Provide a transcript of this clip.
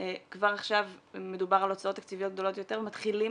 כבר עכשיו מדובר על הוצאות תקציביות גדולות יותר ומתחילים